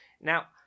now